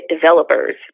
developers